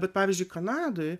bet pavyzdžiui kanadoj